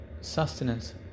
sustenance